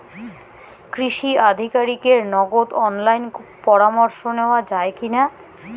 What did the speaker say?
কৃষি আধিকারিকের নগদ অনলাইন পরামর্শ নেওয়া যায় কি না?